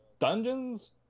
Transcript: Dungeons